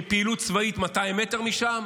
מפעילות צבאית 200 מטר משם,